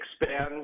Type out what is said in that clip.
expand